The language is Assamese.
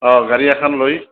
অঁ গাড়ী এখন লৈ